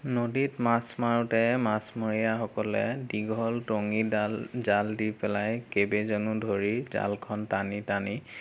নদীত মাছ মাৰোঁতে মাছমৰীয়াসকলে দীঘল টঙিডাল জাল দি পেলাই কেইবাজনো ধৰি জালখন টানি টানি